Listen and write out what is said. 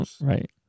Right